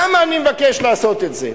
למה אני מבקש לעשות את זה?